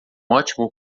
ótimo